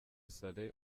saleh